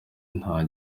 nta